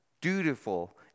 dutiful